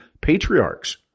patriarchs